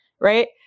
Right